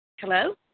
Hello